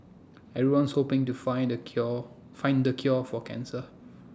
everyone's hoping to find the cure find the cure for cancer